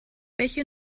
welche